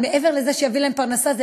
אבל מעבר לזה שיביא להם פרנסה,